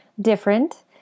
different